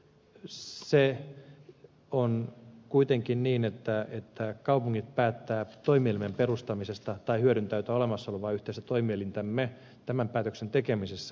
mutta on kuitenkin niin että kaupungit päättävät toimielimen perustamisesta tai hyödyntävät olemassa olevaa yhteistä toimielintämme tämän päätöksen tekemisessä